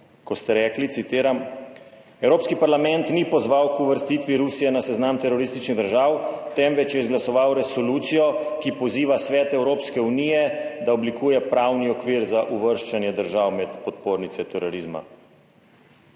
ko ste rekli, citiram, »Evropski parlament ni pozval k uvrstitvi Rusije na seznam terorističnih držav, temveč je izglasoval resolucijo, ki poziva Svet Evropske unije, da oblikuje pravni okvir za uvrščanje držav med podpornice terorizma.«